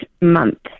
month